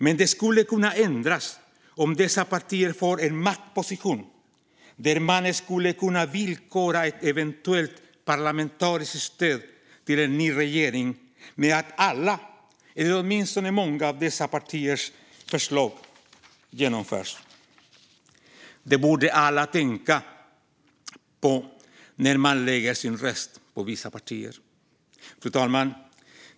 Men det skulle kunna ändras om dessa partier får en maktposition där de kan villkora ett eventuellt parlamentariskt stöd till en ny regering med att alla eller åtminstone många av deras förslag genomförs. Det borde alla tänka på när de lägger sina röster på vissa partier. Fru talman!